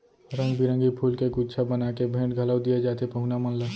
रंग बिरंगी फूल के गुच्छा बना के भेंट घलौ दिये जाथे पहुना मन ला